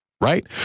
right